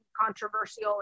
controversial